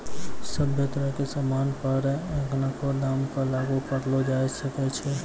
सभ्भे तरह के सामान पर एखनको दाम क लागू करलो जाय सकै छै